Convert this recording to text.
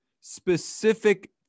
specific